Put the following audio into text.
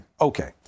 Okay